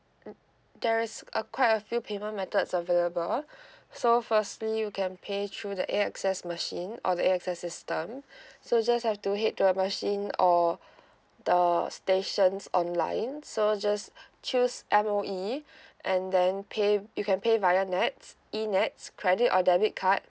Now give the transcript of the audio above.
mm there's uh quite a few payment methods available so firstly you can pay through the A_X_S machine or the A_X_S system so just have to head to a machine or the stations online so just choose M_O_E and then pay you can pay via nets e nets credit or debit card